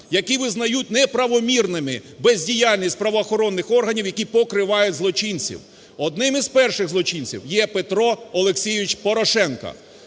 які визнають неправомірними бездіяльність правоохоронних органів, які покривають злочинців. Одним із перших злочинців є Петро Олексійович Порошенко.